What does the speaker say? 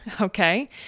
Okay